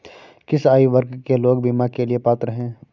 किस आयु वर्ग के लोग बीमा के लिए पात्र हैं?